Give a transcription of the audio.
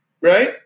right